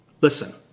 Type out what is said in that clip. Listen